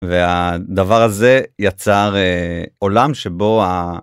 והדבר הזה יצר עולם שבו ה...